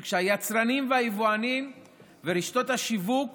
כי כשהיצרנים והיבואנים ורשתות השיווק